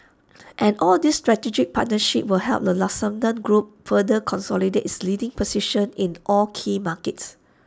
and all these strategic partnerships will help the Lufthansa group further consolidate its leading position in all key markets